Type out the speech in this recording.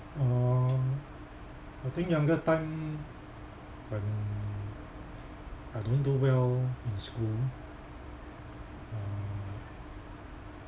uh I think younger time when I don't do well in school uh